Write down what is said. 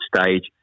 stage